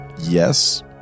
Yes